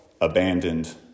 abandoned